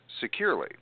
securely